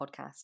podcast